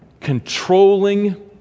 controlling